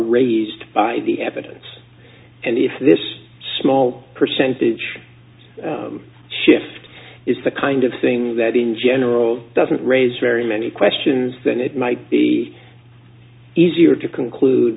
raised by the evidence and if this small percentage shift is the kind of thing that in general doesn't raise very many questions than it might be easier to conclude